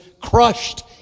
crushed